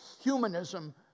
humanism